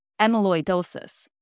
amyloidosis